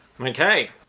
Okay